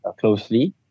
closely